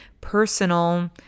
personal